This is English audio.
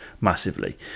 massively